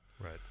Right